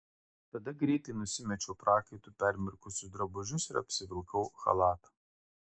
tada greitai nusimečiau prakaitu permirkusius drabužius ir apsivilkau chalatą